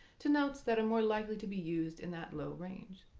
to notes that are more likely to be used in that low range.